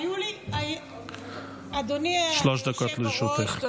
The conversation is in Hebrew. אדוני היושב-ראש,